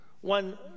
one